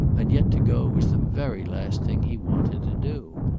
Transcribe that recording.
and yet to go was the very last thing he wanted to do.